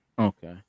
Okay